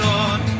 on